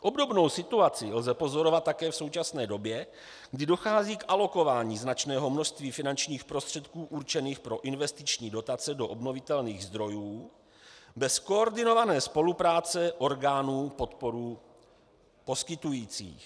Obdobnou situaci lze pozorovat také v současné době, kdy dochází k alokování značného množství finančních prostředků určených pro investiční dotace do obnovitelných zdrojů bez koordinované spolupráce orgánů podporu poskytujících.